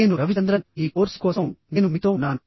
నేను రవిచంద్రన్ ఈ కోర్సు కోసం నేను మీతో ఉన్నాను